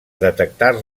detectar